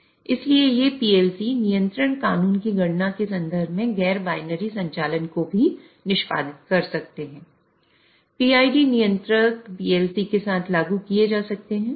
आजकल ये PLC नियंत्रण कानून की गणना के संदर्भ में गैर बाइनरी संचालन को भी निष्पादित कर सकते हैं PID नियंत्रक PLC के साथ भी लागू किए जा सकते हैं